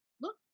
look